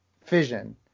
fission